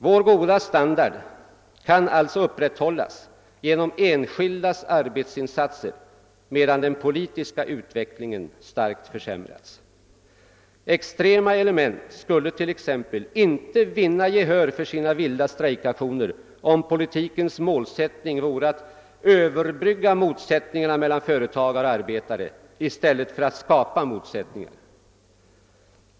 Vår goda standard kan alltså upprätthållas genom enskildas arbetsinsatser, medan den politiska utvecklingen starkt försämrats. Extrema element skulle t.ex. inte vinna gehör för sina vilda strejkaktioner, om politikens målsätt ning vore att överbrygga motsättningarna mellan företag och arbetare i stället för att skapa motsättningar.